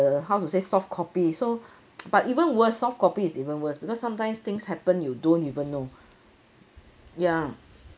the how to say soft copy so but even worse soft copy is even worse because sometimes things happen you don't even know ya